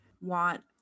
want